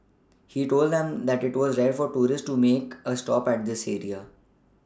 he told them that it was rare for tourists to make a stop at this area